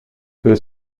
que